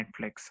Netflix